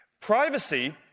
Privacy